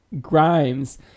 Grimes